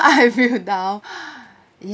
I feel down